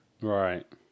Right